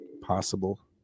possible